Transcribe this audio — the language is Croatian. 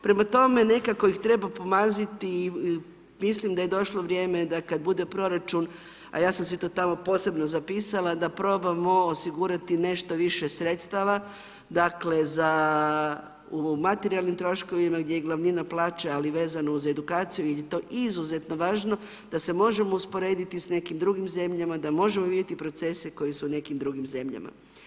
Prema tome, nekako ih treba pomaziti i mislim da je došlo vrijeme da kada bude proračun a ja sam si tamo posebno zapisala da probamo osigurati nešto više sredstava, dakle za u materijalnim troškovima gdje je glavnina plaće ali vezano uz edukaciju jer je to izuzetno važno da se možemo usporediti sa nekim drugim zemljama, da možemo vidjeti procese koji su u nekim drugim zemljama.